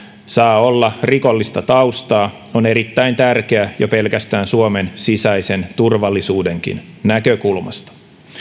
saa olla rikollista taustaa on erittäin tärkeä jo pelkästään suomen sisäisen turvallisuudenkin näkökulmasta